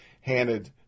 handed